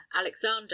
Alexander